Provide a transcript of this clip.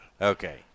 Okay